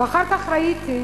ואחר כך ראיתי,